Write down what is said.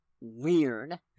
weird